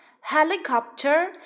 Helicopter